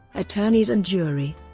attorneys and jury